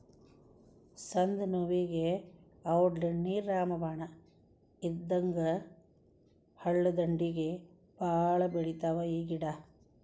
ಸಂದನೋವುಗೆ ಔಡ್ಲೇಣ್ಣಿ ರಾಮಬಾಣ ಇದ್ದಂಗ ಹಳ್ಳದಂಡ್ಡಿಗೆ ಬಾಳ ಬೆಳಿತಾವ ಈ ಗಿಡಾ